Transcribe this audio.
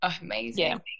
amazing